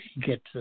get